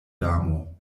damo